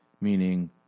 meaning